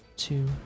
Two